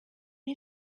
you